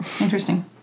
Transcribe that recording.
Interesting